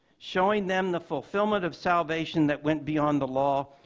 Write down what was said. showing them the fulfillment of salvation that went beyond the law,